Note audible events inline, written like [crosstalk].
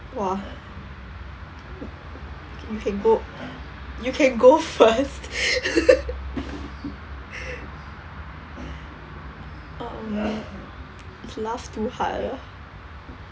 !wah! okay you can go you can go first [laughs] um laughed too hard ah